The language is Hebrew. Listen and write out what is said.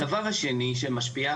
הדבר השני שמשפיע